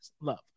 love